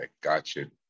gotcha